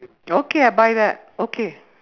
okay I'll buy that okay